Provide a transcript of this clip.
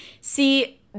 See